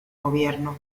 gobierno